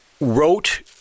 wrote